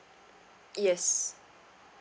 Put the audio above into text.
yes